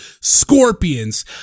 Scorpions